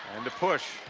and a push.